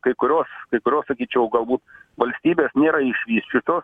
kai kurios kai kurios sakyčiau galbūt valstybės nėra išvysčiusios